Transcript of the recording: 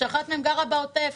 שאחת מהם גרה בעוטף,